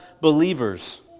believers